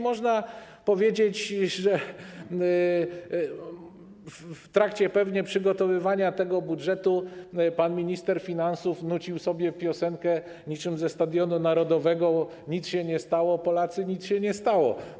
Można powiedzieć, że pewnie w trakcie przygotowywania tego budżetu pan minister finansów nucił sobie piosenkę niczym ze Stadionu Narodowego: nic się nie stało, Polacy, nic się nie stało.